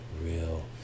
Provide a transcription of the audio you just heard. real